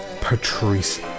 Patrice